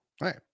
Right